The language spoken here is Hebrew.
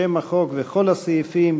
שם החוק וכל הסעיפים,